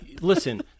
listen